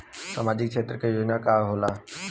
सामाजिक क्षेत्र योजना का होला?